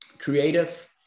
creative